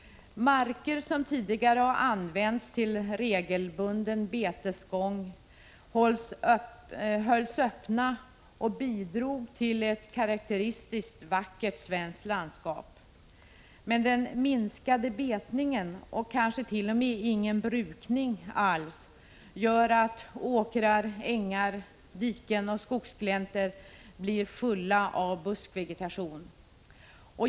Marker som tidigare har använts till regelbunden betesgång hölls öppna och bidrog till ett karakteristiskt vackert svenskt landskap. Men den minskade betningen, och kanske till och med ingen brukning alls, gör att åkrar, ängar, diken och skogsgläntor blir fulla av buskvegetation.